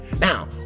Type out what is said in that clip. now